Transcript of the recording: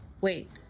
Wait